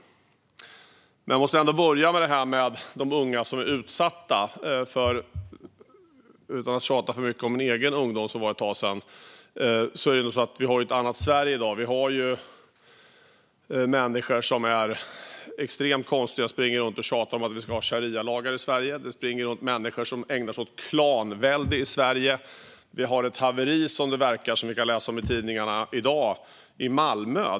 Vi måste ändå börja med de unga som är utsatta. Utan att tjata för mycket om min egen ungdom, som var ett tag sedan, har vi i dag ett annat Sverige. Vi har människor som är extremt konstiga och springer runt och tjatar om att vi ska ha sharialagar i Sverige. Det springer runt människor som ägnar sig åt klanvälde i Sverige. Vi har som det verkar ett haveri i Malmö, vilket vi kan läsa om i tidningarna i dag.